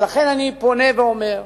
לכן אני פונה ואומר: